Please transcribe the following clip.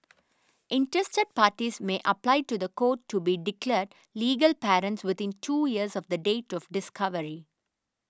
interested parties may apply to the court to be declared legal parents within two years of the date of discovery